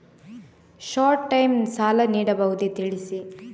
Short time ಸಾಲ ನೀಡಬಹುದೇ ತಿಳಿಸಿ?